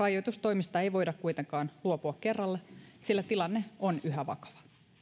rajoitustoimista ei voida kuitenkaan luopua kerralla sillä tilanne on yhä vakava